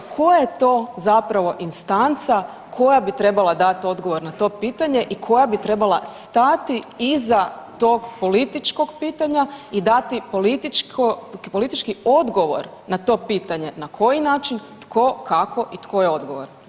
Koja je to zapravo instanca koja bi trebala dat odgovor na to pitanje i koja bi trebala stati iza tog političkog pitanja i dati politički odgovor na to pitanje, na koji način, tko, kako i tko je odgovoran?